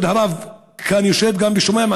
מגיע כמעט ל-60%.